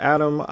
Adam